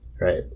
Right